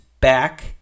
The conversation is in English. back